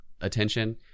attention